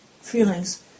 feelings